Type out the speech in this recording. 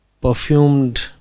perfumed